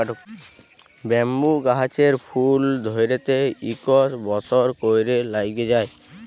bamboo গাহাচের ফুল ধ্যইরতে ইকশ বসর ক্যইরে ল্যাইগে যায়